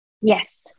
Yes